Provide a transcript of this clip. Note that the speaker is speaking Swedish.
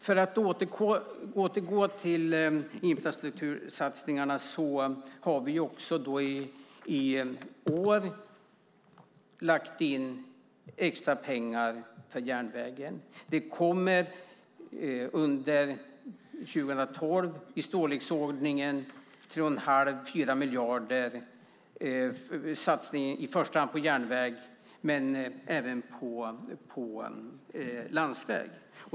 För att återgå till infrastruktursatsningarna har vi också i år lagt in extra pengar för järnvägen. Det kommer under 2012 i storleksordningen 3 1⁄2-4 miljarder i satsningar i första hand på järnväg men även på landsväg.